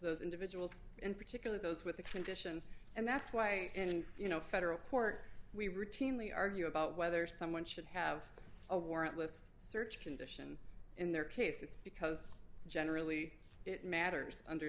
those individuals in particular those with the conditions and that's why when you know federal court we routinely argue about whether someone should have a warrantless search condition in their case it's because generally it matters under